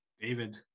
David